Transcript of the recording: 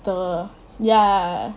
the ya